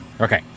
Okay